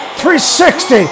360